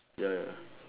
ya ya